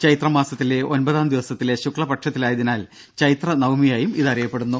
ചൈത്രമാസത്തിലെ ഒൻപതാം ദിവസത്തിലെ ശുക്കുപക്ഷത്തിലായതിനാൽ ചൈത്ര നവമിയായും ഇതറിയപ്പെടുന്നു